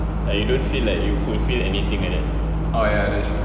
like you don't feel like you fulfil anything like that